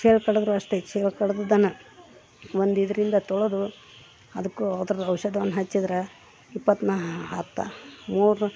ಚೇಳು ಕಡಿದ್ರು ಅಷ್ಟೇ ಚೇಳು ಕಡ್ದದನ್ನ ಒಂದು ಇದರಿಂದ ತೊಳೆದು ಅದಕ್ಕೂ ಅದ್ರದ್ದು ಔಷಧವನ್ ಹಚ್ಚಿದ್ರೆ ಇಪ್ಪತ್ನಾಲ್ಕು ಹತ್ತು ಮೂರು